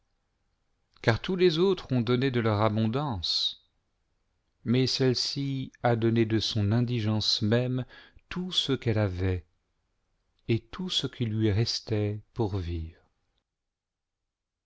car tous les autres ont donné de leur abondance mais celle-ci a donné de son indigence même tout ce qu'elle avait et tout ce qui lui restait pour vivre